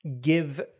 give